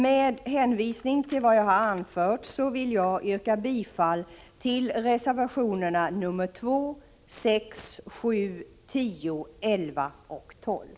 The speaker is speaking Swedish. Med hänvisning till vad jag har anfört vill jag yrka bifall till reservationerna nr 2, 6, 7, 10, 11 och 12.